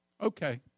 Okay